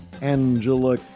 Angela